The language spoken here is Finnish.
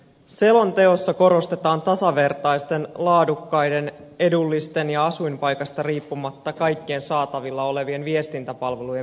selonteossa korostetaan tasavertaisten laadukkaiden edullisten ja asuinpaikasta riippumatta kaikkien saatavilla olevien viestintäpalvelujen merkitystä